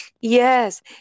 Yes